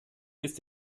ist